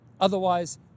Otherwise